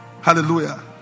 Hallelujah